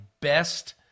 best